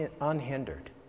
unhindered